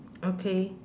okay